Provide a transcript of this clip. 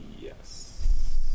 Yes